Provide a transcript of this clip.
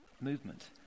Movement